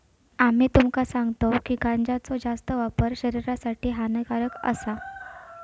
आम्ही तुमका सांगतव की गांजाचो जास्त वापर शरीरासाठी हानिकारक आसा